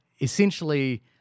essentially